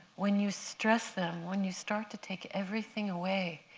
when you stress them, when you start to take everything away,